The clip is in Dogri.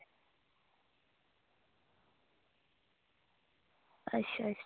अच्छा अच्छा